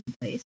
place